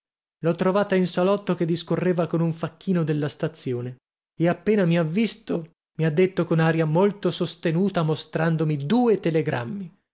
l'ho trovata in salotto che discorreva con un facchino della stazione e appena mi ha visto mi ha detto con aria molto sostenuta mostrandomi due telegrammi